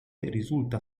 risulta